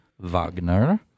Wagner